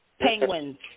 Penguins